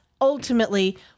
ultimately